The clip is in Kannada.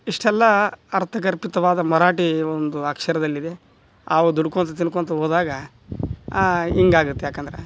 ಇಷ್ಟೆಲ್ಲ ಅರ್ಥಗರ್ಭಿತವಾದ ಮರಾಠಿ ಒಂದು ಅಕ್ಷರದಲ್ಲಿದೆ ನಾವು ದುಡ್ಕೊತ ತಿನ್ಕೊತ ಹೋದಾಗ ಹಿಂಗಾಗತ್ ಯಾಕಂದ್ರೆ